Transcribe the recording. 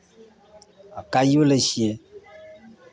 आ कैओ लै छियै